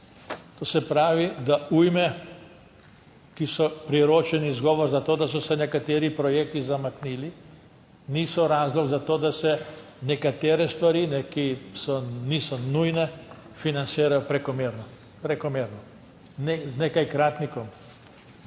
(nadaljevanje) ki so priročen izgovor za to, da so se nekateri projekti zamaknili, niso razlog za to, da se nekatere stvari, ki niso nujne, financirajo prekomerno z nekaj kratnikom.